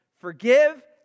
Forgive